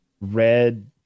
red